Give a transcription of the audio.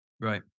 Right